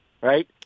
right